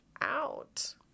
out